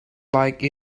like